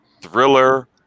Thriller